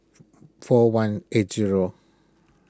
four one eight zero